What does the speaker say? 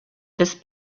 this